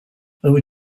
over